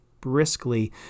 briskly